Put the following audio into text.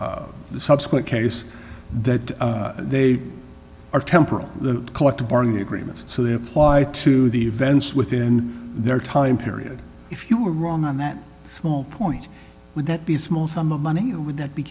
e subsequent case that they are temporal the collective bargaining agreement so they apply to the events within their time period if you were wrong on that small point would that be a small sum of money or would that be